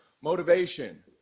motivation